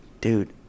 dude